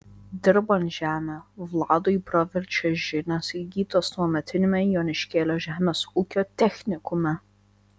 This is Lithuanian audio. dirbant žemę vladui praverčia žinios įgytos tuometiniame joniškėlio žemės ūkio technikume